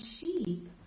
sheep